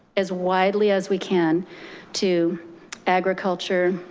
as widely as we can to agriculture,